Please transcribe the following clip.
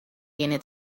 tiene